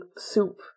soup